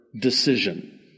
decision